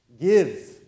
Give